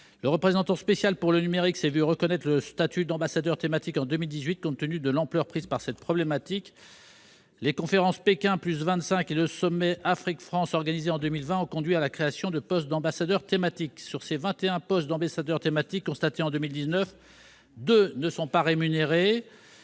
le représentant spécial pour le numérique s'est vu reconnaître le statut d'ambassadeur thématique en 2018, compte tenu de l'ampleur prise par cette problématique ; les conférences Pékin+25 et le sommet Afrique-France organisés en 2020 ont conduit eux aussi à la création de postes d'ambassadeurs thématiques. Sur ces 21 postes relevés cette année, deux ne sont pas rémunérés,